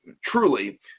truly